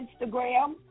Instagram